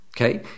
okay